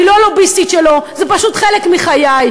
אני לא לוביסטית שלו, זה פשוט חלק מחיי.